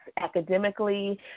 academically